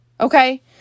Okay